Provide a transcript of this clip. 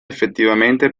effettivamente